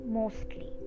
mostly